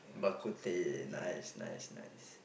bak-kut-teh nice nice nice